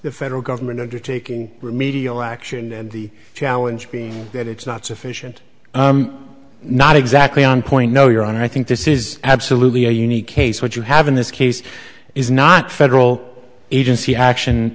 the federal government undertaking remedial action and the challenge being that it's not sufficient not exactly on point no you're on i think this is absolutely a unique case what you have in this case is not federal agency